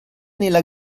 nella